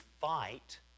fight